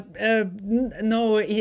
No